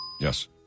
Yes